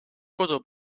kodu